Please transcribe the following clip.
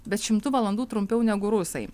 bet šimtu valandų trumpiau negu rusai